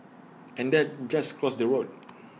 and then just cross the road